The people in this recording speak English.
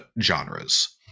genres